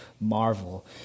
marvel